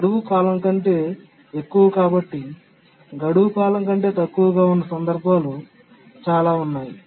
గడువు కాలం కంటే ఎక్కువ కాబట్టి గడువు కాలం కంటే తక్కువగా ఉన్న సందర్భాలు చాలా ఉన్నాయి